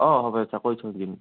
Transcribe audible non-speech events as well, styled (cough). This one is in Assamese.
অঁ হ'ব দেই (unintelligible) কৈ থৈ দিম